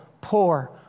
poor